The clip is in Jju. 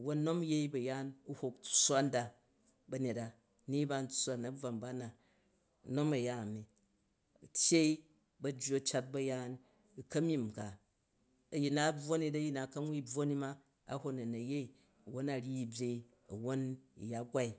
Wwon nom yei ba̱nyet a u̱ hok tsswa ndaa n ba na. Nom u̱ ya a̱mi ba̱jju a̱ tyyei ba cat ba̱yaan a ka̱mim ka. A̱yin nu a bvwo nu dụ a̱yin nu̱ a̱wui bvwo a hok na̱ na̱ yei, wwon a ryyi yi byen u̱ ya gwai.